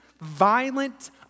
violent